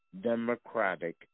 democratic